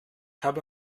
habe